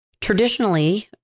traditionally